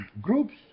groups